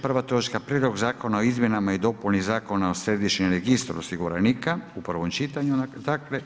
Prva točka Prijedlog zakona o izmjenama i dopuni Zakona o središnjem registru osiguranika u prvom čitanju, dakle.